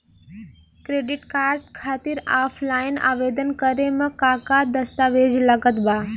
Credit card खातिर offline आवेदन करे म का का दस्तवेज लागत बा?